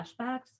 flashbacks